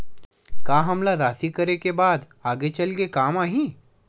का हमला राशि करे के बाद आगे चल के काम आही?